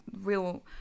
real